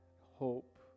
hope